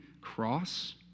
cross